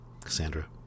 Cassandra